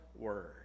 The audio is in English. Word